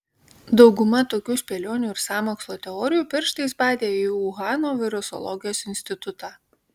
dauguma tokių spėlionių ir sąmokslo teorijų pirštais badė į uhano virusologijos institutą